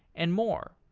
and more.